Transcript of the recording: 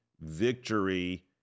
victory